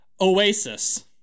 Oasis